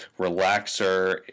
Relaxer